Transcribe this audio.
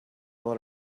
able